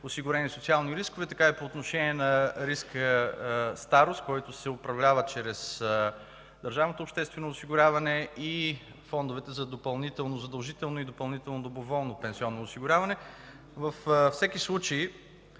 осигурени социални рискове, така и по отношение на риска старост, който се управлява чрез държавното обществено осигуряване и фондовете за задължително и допълнително доброволно пенсионно осигуряване. Във всеки случай